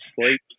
sleep